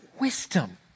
wisdom